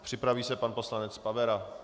Připraví se pan poslanec Pavera.